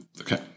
Okay